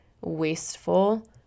wasteful